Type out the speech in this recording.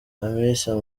hamisa